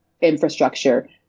infrastructure